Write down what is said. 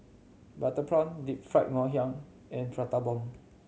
butter prawn Deep Fried Ngoh Hiang and Prata Bomb